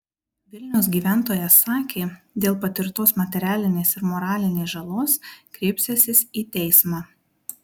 vilniaus gyventojas sakė dėl patirtos materialinės ir moralinės žalos kreipsiąsis į teismą